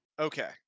Okay